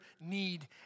need